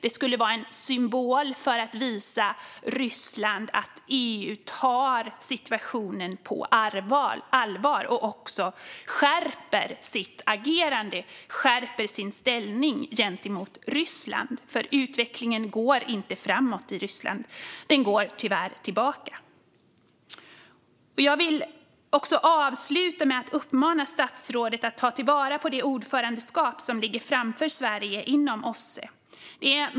Det skulle vara en symbol som visar Ryssland att EU tar situationen på allvar och skärper sitt agerande och sin ställning gentemot Ryssland. Utvecklingen i Ryssland går nämligen inte framåt. Den går tyvärr bakåt. Jag vill avsluta med att uppmana statsrådet att ta till vara det ordförandeskap i OSSE som ligger framför Sverige.